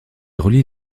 relie